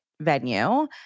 venue